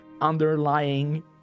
underlying